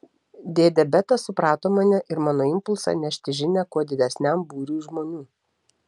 dėdė betas suprato mane ir mano impulsą nešti žinią kuo didesniam būriui žmonių